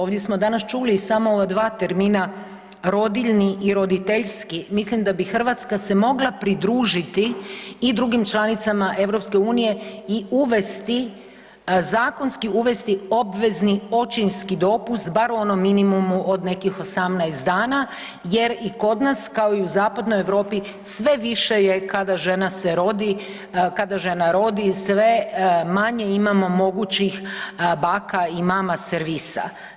Ovdje smo danas čuli i samo ova dva termina, rodiljni i roditeljski, mislim da bi Hrvatska se mogla pridružiti i drugim članicama EU i uvesti zakonski uvesti obvezni očinski dopust bar u onom minimumu od nekih 18 dana jer i kod nas, kao u zapadnoj Europi sve više je kada žena se rodi, kada žena rodi, sve manje imamo mogućih baka i mama servisa.